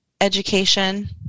education